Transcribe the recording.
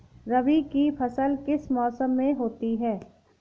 रबी की फसल किस मौसम में होती है?